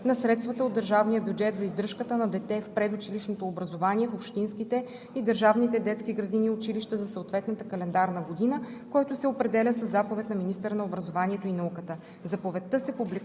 на средствата от държавния бюджет за издръжката на дете в предучилищното образование в общинските и държавните детски градини и училища за съответната календарна година, който се определя със заповед на министъра на образованието и науката.“